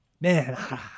man